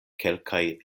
kelkaj